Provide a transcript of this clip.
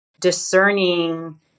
discerning